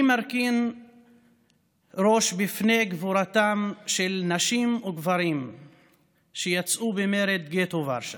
אני מרכין ראש בפני גבורתם של נשים וגברים שיצאו למרד בגטו ורשה